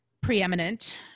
preeminent